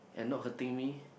and not hurting me